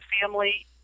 family